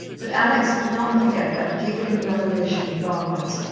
but alex could not forget that giggling revelation of barbara's,